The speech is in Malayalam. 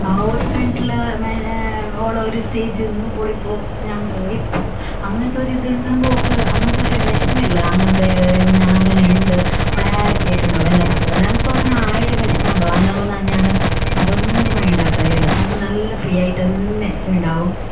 ആ ഒരു മെന്റൽ മേ ഓളൊരു സ്റ്റേജ് എന്ന് ഓളിപ്പോൾ ഞങ്ങൾ ഇപ്പോൾ അങ്ങനത്തെ ഒരിതുണ്ടെങ്കിൽ ഓൾക്ക് അങ്ങനത്തെ ഒരു വിഷമം ഇല്ല അങ്ങനത്തെ ഞാനങ്ങനെയുണ്ട് ഓൾ ഹാപ്പി ആയിട്ടുണ്ടാകും എന്നെപ്പോലെ തന്നെ എനിക്ക് അങ്ങനെ ആയിരം വിഷമം ഉണ്ടാകും എന്നെങ്കിലും ഞാനും അതൊന്നും മൈൻഡ് ആക്കലില്ല നമുക്ക് നല്ല ഫ്രീ ആയിട്ട് തന്നെ ഉണ്ടാകും